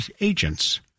agents